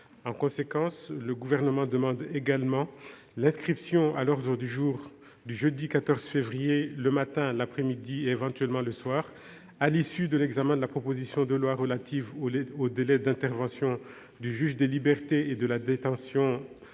En conséquence, le Gouvernement demande également l'inscription à l'ordre du jour du jeudi 14 février, le matin, l'après-midi et, éventuellement, le soir, à l'issue de l'examen de la proposition de loi relative au délai d'intervention du juge des libertés et de la détention